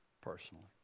personally